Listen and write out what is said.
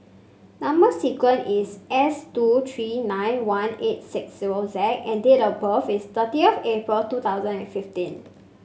number sequence is S two three nine one eight six zero Z and date of birth is thirtieth April two thousand and fifteen